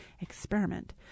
experiment